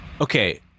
okay